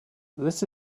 this